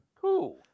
Cool